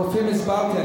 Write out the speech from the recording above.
על הרופאים הסברתי.